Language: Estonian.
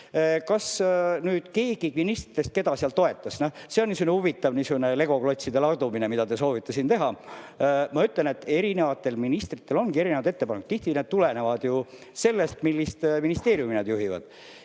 Kas ja kes ministritest keda seal toetas? See on niisugune huvitav Lego klotside ladumine, mida te soovite teha. Ma ütlen, et eri ministritel ongi erinevad ettepanekud. Tihti need tulenevad ju sellest, millist ministeeriumi nad juhivad.